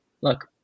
look